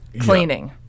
cleaning